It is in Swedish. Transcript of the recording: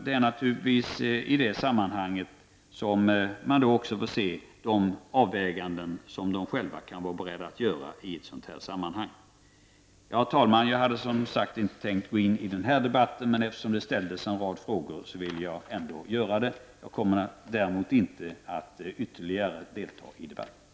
Det är naturligtvis i det sammanhanget som man får se vilka avväganden de själva är beredda att göra. Herr talman! Jag hade som sagt inte tänkt gå in i denna debatt, men eftersom det ställdes en rad frågor till mig ville jag ändå göra det. Jag kommer däremot inte att ytterligare delta i debatten.